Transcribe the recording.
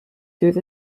through